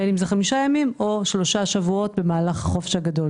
אם זה חמישה ימים או שלושה שבועות במהלך החופש הגדול.